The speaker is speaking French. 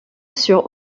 sur